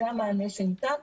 זה המענה שניתן,